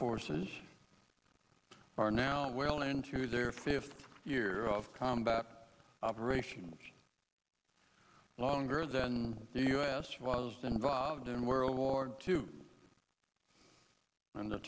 forces are now well into their fifth year of combat operations longer than the u s was involved in world war two and the